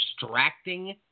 distracting